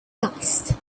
dust